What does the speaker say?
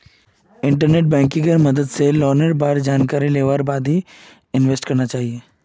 internet बैंकिंगेर मदद स लोनेर बार जानकारी लिबार बाद आवेदन करना चाहिए